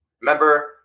Remember